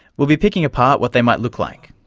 we'll be picking apart what they might look like,